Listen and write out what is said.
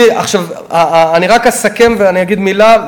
אני רק אסכם ואגיד מילה,